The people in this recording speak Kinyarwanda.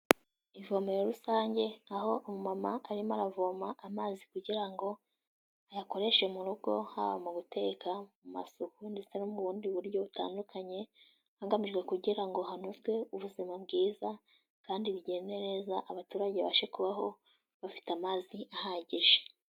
Ivomero rusange aho umu mama arimo aravoma amazi kugira ngo ayakoreshe mu rugo, haba mu guteka, amasuku ndetse no mu bundi buryo butandukanye, hagamijwe kugira ngo hanozwe ubuzima bwiza kandi bigende neza abaturage bashe kubaho bafite amazi ahagije.